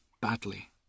badly